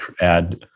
add